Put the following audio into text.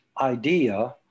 idea